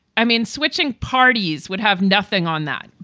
i mean, switching parties would have nothing on that.